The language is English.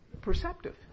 Perceptive